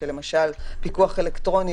למשל פיקוח אלקטרוני,